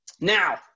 Now